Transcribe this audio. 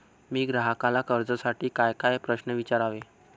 मी ग्राहकाला कर्जासाठी कायकाय प्रश्न विचारावे?